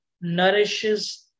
nourishes